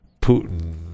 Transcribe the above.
putin